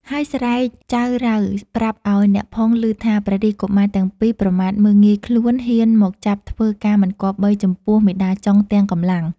ហើយស្រែកចៅរៅប្រាប់ឲ្យអ្នកផងឮថា ព្រះរាជកុមារទាំងពីរ ប្រមាថមើលងាយខ្លួន ហ៊ានមកចាប់ធ្វើការមិនគប្បី ចំពោះមាតាចុងទាំងកម្លាំង ។